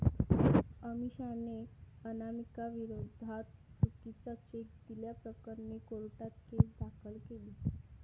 अमिषाने अनामिकाविरोधात चुकीचा चेक दिल्याप्रकरणी कोर्टात केस दाखल केली